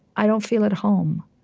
i don't feel at home.